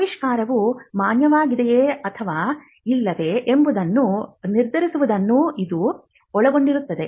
ಆವಿಷ್ಕಾರವು ಮಾನ್ಯವಾಗಿದೆಯೆ ಅಥವಾ ಇಲ್ಲವೇ ಎಂಬುದನ್ನು ನಿರ್ಧರಿಸುವುದನ್ನು ಇದು ಒಳಗೊಂಡಿರುತ್ತದೆ